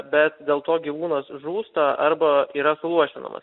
bet dėl to gyvūnas žūsta arba yra suluošinamas